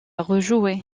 rejouer